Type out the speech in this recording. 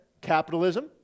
capitalism